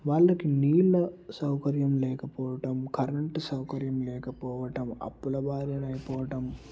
వాళ్ళకి నీళ్ళ సౌకర్యం లేకపోవటం కరెంటు సౌకర్యం లేకపోవటం అప్పుల బారిన అయిపోవటం